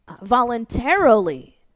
voluntarily